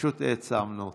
פשוט העצמנו אותם.